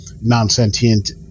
non-sentient